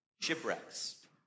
shipwrecks